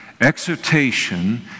exhortation